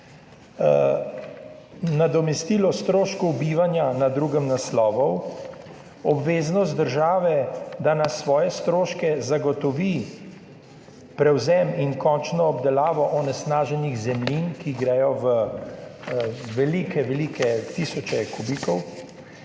nadomestilo stroškov bivanja na drugem naslovu, obveznost države, da na svoje stroške zagotovi prevzem in končno obdelavo onesnaženih zemljin, ki gredo **50. TRAK: (NB) –